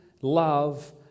love